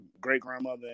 great-grandmother